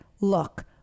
look